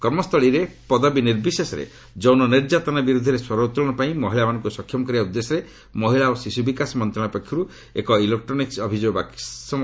କର୍ମସ୍ଥଳୀରେ ପଦବୀ ନିର୍ବିଶେଷରେ ଯୌନ ନିର୍ଯ୍ୟାତନା ବିରୁଦ୍ଧରେ ସ୍ୱର ଉତ୍ତୋଳନ ପାଇଁ ମହିଳାମାନଙ୍କୁ ସକ୍ଷମ କରିବା ଉଦ୍ଦ୍ୟେଶରେ ମହିଳା ଓ ଶିଶୁ ବିକାଶ ମନ୍ତ୍ରଣାଳୟ ପକ୍ଷରୁ ଏକ ଇଲେକ୍ରେନିକ୍କ ଅଭିଯୋଗ ବାକ୍ ପ୍ରସ୍ତୁତ କରାଯାଇଛି